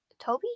Toby